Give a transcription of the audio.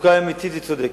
המצוקה היא אמיתית וצודקת.